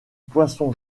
poisson